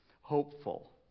hopeful